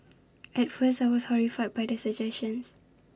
at first I was horrified by the suggestion